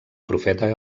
profeta